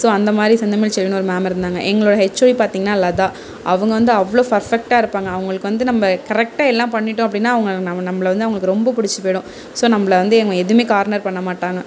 so அந்த மாதிரி செந்தமிழ் செல்வின்னு ஒரு மேம் இருந்தாங்க எங்களோட ஹச்ஓடி பார்த்திங்ன்னா லதா அவங்க வந்து அவ்வளோ பெர்ஃபெக்ட்டாக இருப்பாங்க அவங்களுக்கு வந்து நம்ம கரெக்டாக எல்லாம் பண்ணிட்டோம் அப்படினா அவங்க நம்மள வந்து அவங்களுக்கு ரொம்ப பிடிச்சி போய்டும் ஸோ நம்மள வந்து எதுவுமே கார்னர் பண்ண மாட்டாங்க